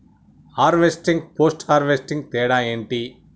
Harvesting, post harvesting తేడా ఏంటి?